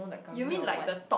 you mean like the top